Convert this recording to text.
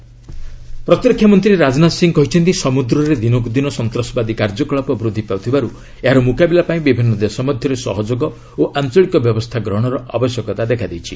Rajnath maritime ପ୍ରତିରକ୍ଷା ମନ୍ତ୍ରୀ ରାଜନାଥ ସିଂହ କହିଛନ୍ତି ସମୁଦ୍ରରେ ଦିନକୁ ଦିନ ସନ୍ତାସବାଦୀ କାର୍ଯ୍ୟକଳାପ ବୃଦ୍ଧି ପାଉଥିବାରୁ ଏହାର ମୁକାବିଲା ପାଇଁ ବିଭିନ୍ନ ଦେଶ ମଧ୍ୟରେ ସହଯୋଗ ଓ ଆଞ୍ଚଳିକ ବ୍ୟବସ୍ଥା ଗ୍ରହଣର ଆବଶ୍ୟକତା ଦେଖାଦେଇଛି